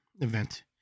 event